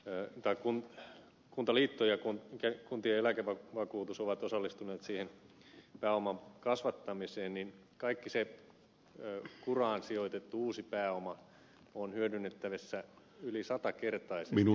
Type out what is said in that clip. ey tai kun kuntaliitto ja kun kiekon tiellä keva vakuutus osallistuneet siihen pääoman kasvattamiseen niin kaikki se kuraan sijoitettu uusi pääoma on hyödynnettävissä yli satakertaisesti kuntien rahoituksessa